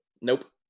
Nope